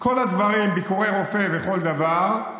כל הדברים, ביקורי רופא וכל דבר,